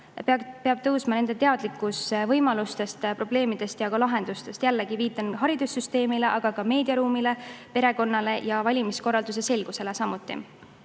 peab tõusma nende teadlikkus võimalustest, probleemidest ja lahendustest. Jällegi viitan haridussüsteemile, aga ka meediaruumile, perekonnale ja valimiskorralduse selgusele.